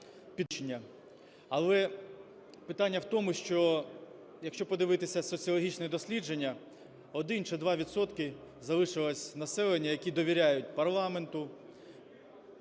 Але питання в тому, що якщо подивитися соціологічне дослідження, один чи два відсотки залишилось населення, які довіряють парламенту,